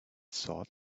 sort